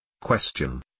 Question